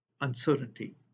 uncertainty